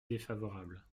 défavorable